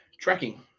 tracking